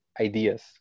ideas